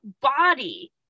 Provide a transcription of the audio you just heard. body